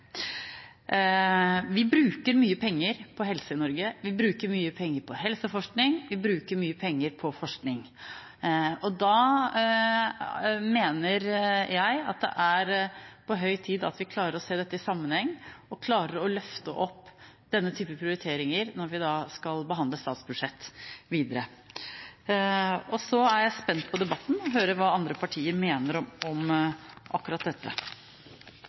Vi bruker mye penger på helse i Norge, vi bruker mye penger på helseforskning, og vi bruker mye penger på forskning, og da mener jeg at det er på høy tid at vi klarer å se dette i sammenheng, og at vi klarer å løfte opp denne typen prioriteringer når vi skal behandle statsbudsjett videre. Jeg er spent på debatten og på å høre hva andre partier mener om akkurat dette.